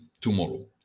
tomorrow